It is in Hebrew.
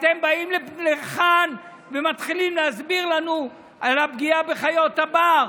אתם באים לכאן ומתחילים להסביר לנו על הפגיעה בחיות הבר.